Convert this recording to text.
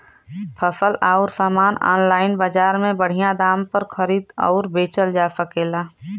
फसल अउर सामान आनलाइन बजार में बढ़िया दाम पर खरीद अउर बेचल जा सकेला